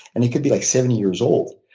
and they could be like seventy years old.